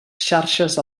xarxes